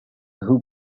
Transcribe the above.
who